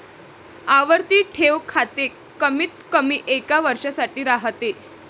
आवर्ती ठेव खाते कमीतकमी एका वर्षासाठी राहते